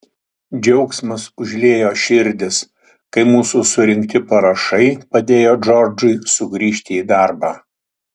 džiaugsmas užliejo širdis kai mūsų surinkti parašai padėjo džordžui sugrįžti į darbą